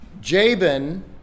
Jabin